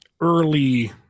Early